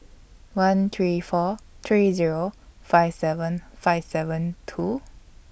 one three four three Zero five seven five seven two